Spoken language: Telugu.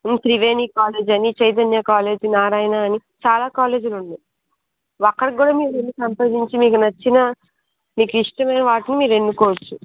త్రివేణి కాలేజ్ అని చైతన్య కాలేజ్ నారాయణ అని చాలా కాలేజ్లు ఉన్నాయి అక్కడకి కూడా మీరు వెళ్ళి సంప్రదించి మీకు నచ్చిన మీకు ఇష్టమైన వాటిని మీరు ఎన్నుకోవచ్చు